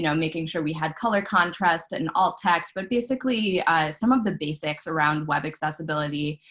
you know making sure we had color contrast in all texts, but basically some of the basics around web accessibility.